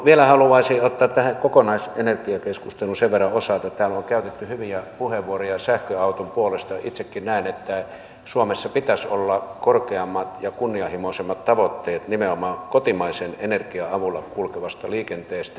vielä haluaisin ottaa tähän kokonaisenergiakeskusteluun sen verran osaa että täällä on käytetty hyviä puheenvuoroja sähköauton puolesta ja itsekin näen että suomessa pitäisi olla korkeammat ja kunnianhimoisemmat tavoitteet nimenomaan kotimaisen energian avulla kulkevasta liikenteestä